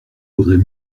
vaudrait